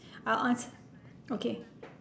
I'll answer okay